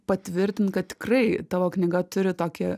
patvirtint kad tikrai tavo knyga turi tokį